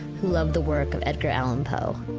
who loved the work of edgar allan poe.